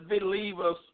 believers